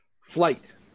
flight